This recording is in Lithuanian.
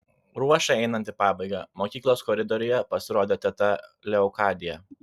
ruošai einant į pabaigą mokyklos koridoriuje pasirodė teta leokadija